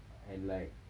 and like